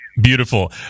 Beautiful